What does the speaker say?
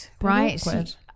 right